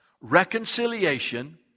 reconciliation